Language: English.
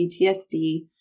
PTSD